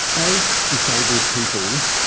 as disabled people,